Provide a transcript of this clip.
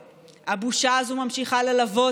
את החלק שמצליחים לעבד,